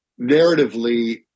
narratively